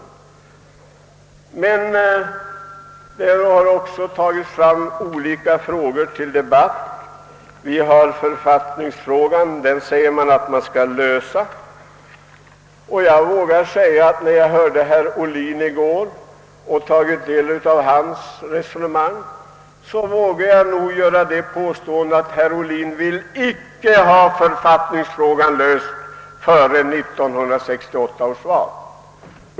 Olika frågor har tagits upp till debatt. Man säger att man skall lösa författningsfrågan. Sedan jag hört herr Ohlin i går kväll och tagit del av hans resonemang vågar jag göra påståendet, att herr Ohlin icke vill ha författningsfrågan löst före 1968 års val.